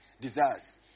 desires